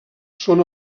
són